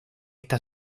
esta